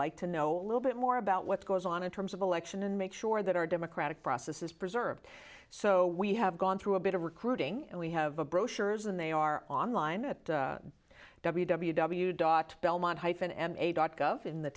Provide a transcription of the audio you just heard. like to know a little bit more about what's going on in terms of election and make sure that our democratic process is preserved so we have gone through a bit of recruiting and we have a brochures and they are online at w w w dot belmont hyphen and a dot gov in the